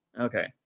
Okay